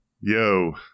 yo